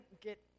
get